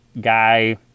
guy